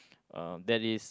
uh that is